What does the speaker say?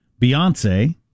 Beyonce